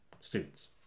students